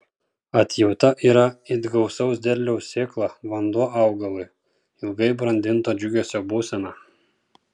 atjauta yra it gausaus derliaus sėkla vanduo augalui ilgai brandinto džiugesio būsena